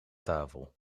tafel